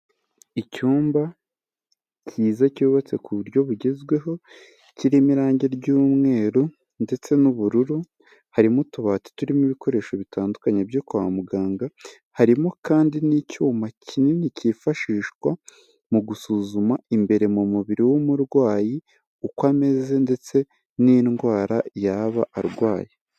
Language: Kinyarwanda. Icyumba cyiza cyubatse ku buryo bugezweho kirimo irangi ry'umweru ndetse n'ubururu, harimo utubati turimo ibikoresho bitandukanye byo kwa muganga, harimo kandi n'icyuma kinini cyifashishwa mu gusuzuma imbere mu mubiri w'umurwayi uko ameze ndetse n'indwara yaba arwaye.